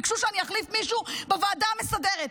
ביקשו שאני אחליף מישהו בוועדה המסדרת.